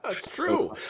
it's true.